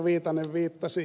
viitanen viittasi